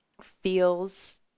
feels